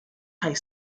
high